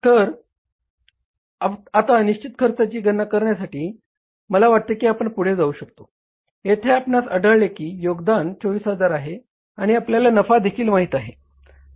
तर आता निश्चित खर्चाची गणना करण्यासाठी मला वाटते की आपण पुढे जाऊ शकतो येथे आपणास आढळले की योगदान 24000 आहे आणि आपल्याला नफा देखील माहित आहे